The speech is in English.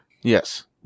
Yes